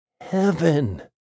heaven